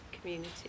community